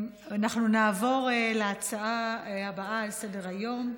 אנחנו נעבור להצעה הבאה שעל סדר-היום.